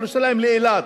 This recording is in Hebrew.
מירושלים לאילת.